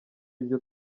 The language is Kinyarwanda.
ibyo